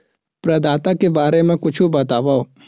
प्रदाता के बारे मा कुछु बतावव?